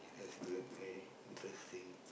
that's good okay interesting